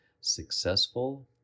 successful